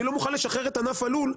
אני לא מוכן לשחרר את ענף הלול,